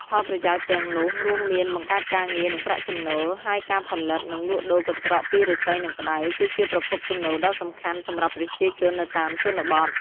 ផលប្រយោជន៍ទាំងនោះរួមមានបង្កើតការងារ និងប្រាក់ចំណូល ហើយការផលិត និងលក់ដូរកន្ត្រកពីឫស្សី និងផ្តៅ គឺជាប្រភពចំណូលដ៏សំខាន់សម្រាប់ប្រជាជននៅតាមជនបទ។